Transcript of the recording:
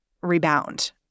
rebound